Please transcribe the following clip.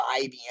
IBM